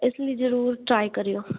ਇਸ ਲਈ ਜਰੂਰ ਟਰਾਈ ਕਰੀਓ